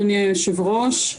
אדוני היושב-ראש,